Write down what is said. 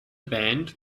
band